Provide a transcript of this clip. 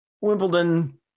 Wimbledon